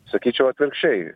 sakyčiau atvirkščiai